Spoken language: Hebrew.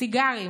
סיגרים